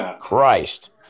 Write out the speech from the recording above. Christ